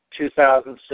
2006